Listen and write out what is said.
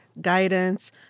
guidance